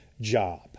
job